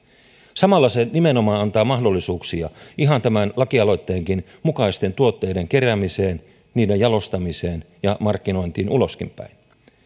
samalla se nimenomaan antaa mahdollisuuksia ihan tämän lakialoitteenkin mukaisten tuotteiden keräämiseen niiden jalostamiseen ja markkinointiin uloskinpäin